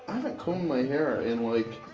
haven't combed my hair in, like,